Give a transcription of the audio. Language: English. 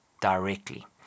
directly